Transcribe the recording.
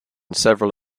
several